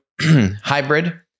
hybrid